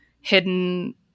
hidden